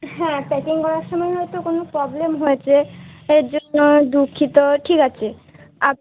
হ্যাঁ প্যাকিং করার সময় হয়তো কোনও প্রবলেম হয়েছে এর জন্য দুঃখিত ঠিক আছে আপ